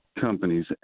Companies